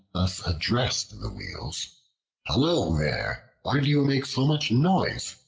addressed the wheels hullo there! why do you make so much noise?